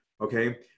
Okay